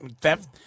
theft